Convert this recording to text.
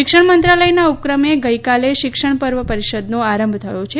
શિક્ષણ મંત્રાલયના ઉપક્રમે ગઈકાલે શિક્ષણ પર્વ પરિષદનો આરંભ થયો છે